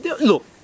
look